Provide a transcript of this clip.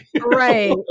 Right